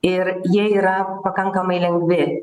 ir jie yra pakankamai lengvi